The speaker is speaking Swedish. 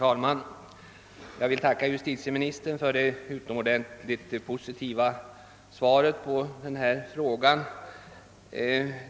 Herr talman! Jag tackar justitieministern för det utomordentligt positiva svar jag fått på min fråga.